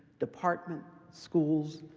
departments, schools,